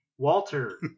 Walter